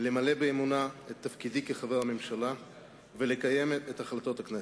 למלא באמונה את תפקידי כחבר הממשלה ולקיים את החלטות הכנסת.